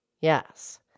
Yes